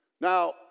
Now